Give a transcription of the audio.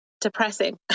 depressing